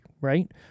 right